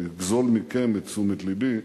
לגזול מכם את תשומת לבי,